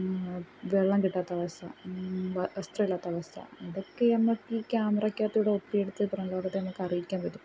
വെള്ളം കിട്ടാത്ത അവസ്ഥ വസ്ത്രമില്ലാത്ത അവസ്ഥ ഇതക്കെ നമുക്കീ ക്യാമറയ്ക്കകത്തൂടെ ഒപ്പിയെടുത്ത് പുറംലോകത്തെ നമുക്കറിയിക്കാമ്പറ്റും